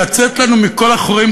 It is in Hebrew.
לצאת לנו מכל החורים,